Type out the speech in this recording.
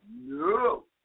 No